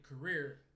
career